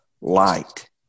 light